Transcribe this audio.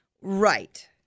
Right